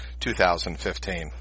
2015